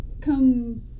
Come